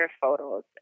photos